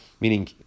Meaning